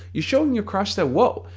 you're showing your crush that woah,